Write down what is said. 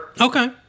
Okay